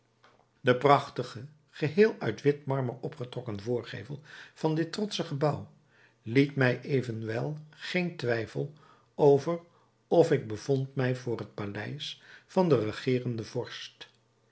de prachtige geheel uit wit marmer opgetrokken voorgevel van dit trotsche gebouw liet mij evenwel geen twijfel over of ik bevond mij voor het paleis van den regerenden vorst